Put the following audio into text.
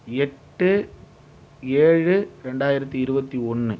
எட்டு ஏழு ரெண்டாயிரத்தி இருபத்தி ஒன்று